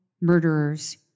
murderers